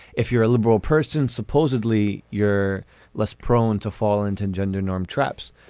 if you're a liberal person supposedly you're less prone to fall into and gender norm traps